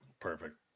Perfect